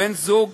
בן-זוג,